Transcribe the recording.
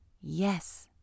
Yes